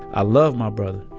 i love my brother,